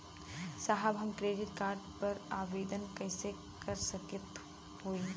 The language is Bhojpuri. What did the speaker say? साहब हम क्रेडिट कार्ड क आवेदन कइसे कर सकत हई?